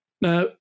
Now